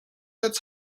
its